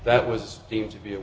that was deemed to be a